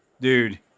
dude